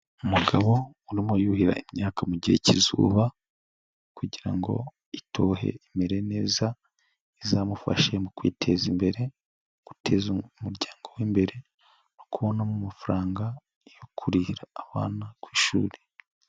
Umugabo urimo yuhira imyaka mu gihe k'izuba kugira ngo itohe imere neza izamufashe mu kwiteza imbere, guteza umuryango we imbere no kubonamo amafaranga yo kurihira abana ku ishuri.